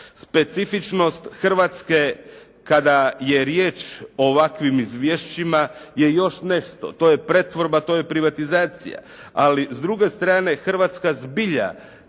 Specifičnost Hrvatske kada je riječ o ovakvim izvješćima je još nešto. To je pretvorba, to je privatizacija, ali s druge strane hrvatska zbilja